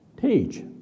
teach